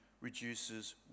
reduces